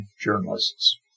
journalists